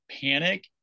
panic